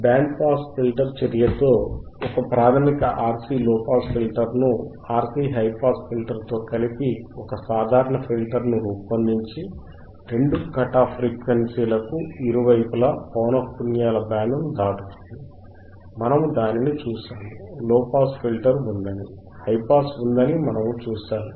band pass filter చర్యలో ఒక ప్రాథమిక RC లోపాస్ ఫిల్టర్ ను RC హైపాస్ ఫిల్టర్ తో కలిపి ఒక సాధారణ ఫిల్టర్ ను రూపొందించి రెండు కట్ ఆఫ్ ఫ్రీక్వెన్సీలకు ఇరువైపులా పౌనఃపున్యాల బ్యాండ్ ను చిత్రపటము మనము దానిని చూశాము లోపాస్ ఫిల్టర్ ఉందని హైపాస్ ఉందని మనము చూశాము